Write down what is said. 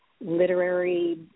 literary